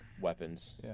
weapons